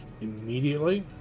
immediately